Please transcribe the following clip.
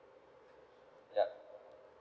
yup